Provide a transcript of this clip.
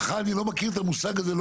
על שלך אני לא מכיר את המושג הזה לא